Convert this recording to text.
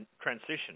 transition